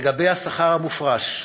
לגבי השכר המופרש,